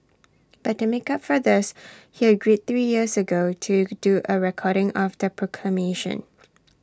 but to make up for this he agreed three years ago to do A recording of the proclamation